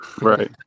Right